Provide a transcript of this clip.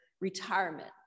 retirement